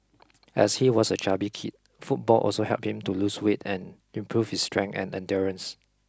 as he was a chubby kid football also helped him to lose weight and improve his strength and endurance